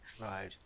right